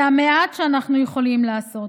זה המעט שאנחנו יכולים לעשות.